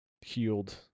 healed